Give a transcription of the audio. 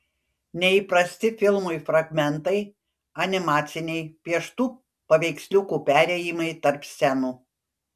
neįprasti filmui fragmentai animaciniai pieštų paveiksliukų perėjimai tarp scenų